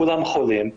כולם חולים.